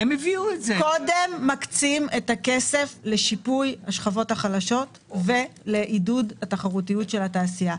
קודם מקצים את הכסף לשיפוי השכבות החלשות ולעידוד התחרותיות של התעשייה.